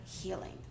healing